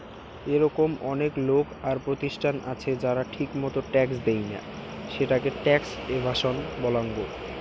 এরকম অনেক লোক আর প্রতিষ্ঠান আছে যারা ঠিকমতো ট্যাক্স দেইনা, সেটাকে ট্যাক্স এভাসন বলাঙ্গ